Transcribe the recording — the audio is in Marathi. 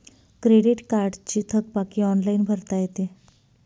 क्रेडिट कार्डची थकबाकी ऑनलाइन भरता येते